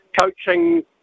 coaching